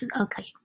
okay